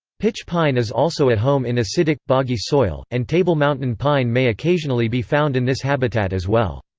pitch pine is also at home in acidic, boggy soil, and table mountain pine may occasionally be found in this habitat as well.